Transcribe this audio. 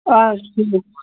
اَچھا تُلِو